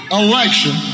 election